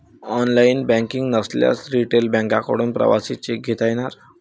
online banking नसल्यास retail बँकांकडून प्रवासी चेक घेता येणार